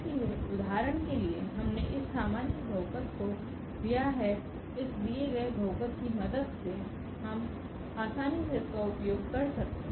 इसलिए उदाहरण के लिए हमने इस सामान्य बहुपद को लिया है इस दिए गए बहुपद की मदद से हम आसानी से इसका उपयोग कर सकते हैं